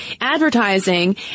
advertising